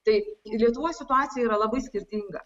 tai lietuvoj situacija yra labai skirtinga